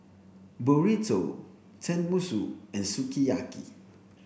burrito Tenmusu and sukiyaki